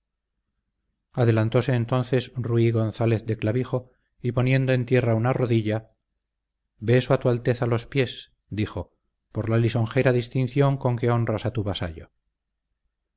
adelantóse entonces rui gonzález de clavijo y poniendo en tierra una rodilla beso a tu alteza los pies dijo por la lisonjera distinción con que honras a tu vasallo